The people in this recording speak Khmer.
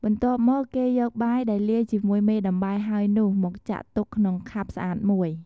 បន្ទាប់មកគេយកបាយដែលលាយជាមួយមេដំបែហើយនោះមកចាក់ទុកក្នុងខាប់ស្អាតមួយ។